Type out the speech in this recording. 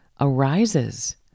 arises